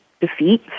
defeat